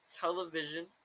Television